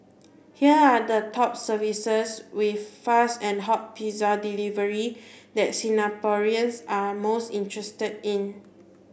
here are the top services with fast and hot pizza delivery that Singaporeans are most interested in